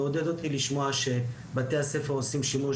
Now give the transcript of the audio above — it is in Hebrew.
מעודד אותי לשמוע שבתי הספר עושים שימוש